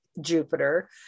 Jupiter